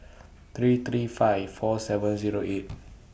three three five four seven Zero eight